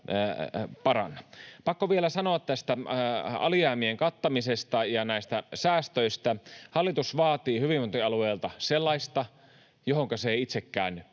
Pakko vielä sanoa tästä alijäämien kattamisesta ja näistä säästöistä. Hallitus vaatii hyvinvointialueilta sellaista, johonka se ei itsekään pysty.